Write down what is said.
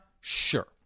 sure